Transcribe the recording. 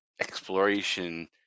exploration